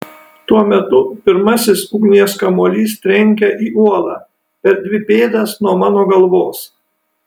tuo metu pirmasis ugnies kamuolys trenkia į uolą per dvi pėdas nuo mano galvos